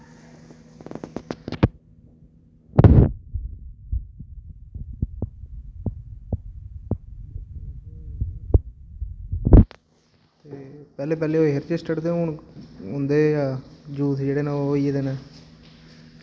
ते पैह्ले पैह्ले होए हे रजिस्टर्ड ते हून उं'दे जुथ जेह्ड़े न ओह् होइये दे न